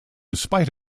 spite